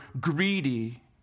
greedy